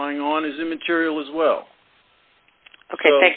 relying on is immaterial as well ok